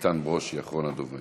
איתן ברושי, אחרון הדוברים.